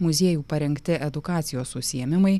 muziejų parengti edukacijos usiėmimai